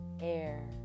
air